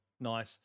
nice